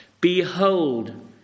Behold